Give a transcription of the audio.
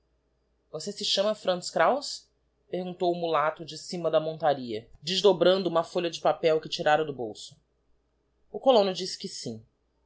você se chama franz kraus perguntou o mulato de cima da montaria desdobrando uma folha de papel que tirara do bolso o colono disse que sim